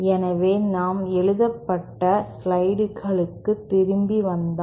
எனவே நாம் எழுதப்பட்ட ஸ்லைடுகளுக்கு திரும்பி வந்தால்